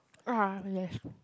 ah yes